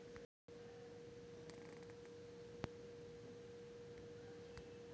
నా ఫోన్ కి ఎన్ని రకాల టాప్ అప్ ప్లాన్లు ఉన్నాయి?